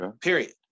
Period